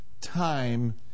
time